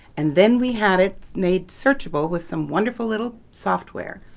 and then we had it made searchable with some wonderful little software.